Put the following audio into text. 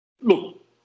Look